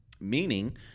meaning